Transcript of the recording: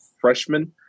freshman